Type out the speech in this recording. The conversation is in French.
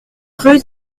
rue